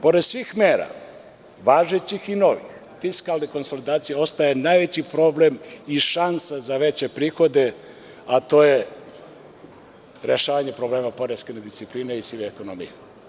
Pored svih mera važećih i novih, fiskalna konsolidacija ostaje najveći problem i šansa za veće prihode, to je rešavanje problema poreske nediscipline i sive ekonomije.